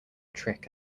trick